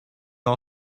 all